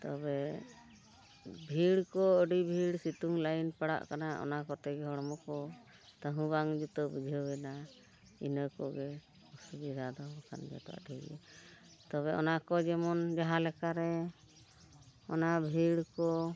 ᱛᱚᱵᱮ ᱵᱷᱤᱲ ᱠᱚ ᱟᱹᱰᱤ ᱵᱷᱤᱲ ᱥᱤᱛᱩᱝ ᱞᱟᱭᱤᱱ ᱯᱟᱲᱟᱜ ᱠᱟᱱᱟ ᱚᱱᱟ ᱠᱚᱛᱮ ᱜᱮ ᱦᱚᱲᱢᱚ ᱠᱚ ᱛᱟᱦᱩ ᱵᱟᱝ ᱡᱩᱛᱟᱹ ᱵᱩᱡᱷᱟᱹᱣ ᱮᱱᱟ ᱤᱱᱟᱹ ᱠᱚᱜᱮ ᱚᱥᱩᱵᱤᱫᱷᱟ ᱫᱚ ᱠᱷᱟᱱ ᱜᱮᱛᱚ ᱟᱹᱰᱤ ᱜᱮ ᱛᱚᱵᱮ ᱚᱱᱟ ᱠᱚ ᱡᱮᱢᱚᱱ ᱡᱟᱦᱟᱸᱞᱮᱠᱟᱨᱮ ᱚᱱᱟ ᱵᱷᱤᱲ ᱠᱚ